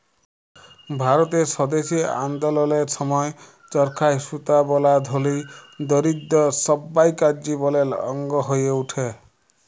ভারতের স্বদেশী আল্দললের সময় চরখায় সুতা বলা ধলি, দরিদ্দ সব্বাইকার জীবলের অংগ হঁয়ে উঠে